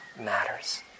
matters